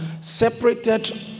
separated